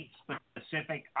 specific